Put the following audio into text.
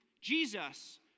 Jesus